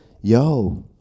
Yo